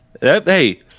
Hey